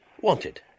Wanted